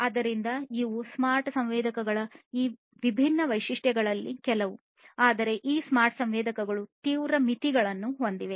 ಆದ್ದರಿಂದ ಇವು ಸ್ಮಾರ್ಟ್ ಸಂವೇದಕಗಳ ಈ ವಿಭಿನ್ನ ವೈಶಿಷ್ಟ್ಯಗಳಲ್ಲಿ ಕೆಲವು ಆದರೆ ಈ ಸ್ಮಾರ್ಟ್ ಸಂವೇದಕಗಳು ತೀವ್ರ ಮಿತಿಗಳನ್ನು ಹೊಂದಿವೆ